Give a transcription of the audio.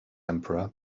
emperor